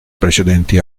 precedenti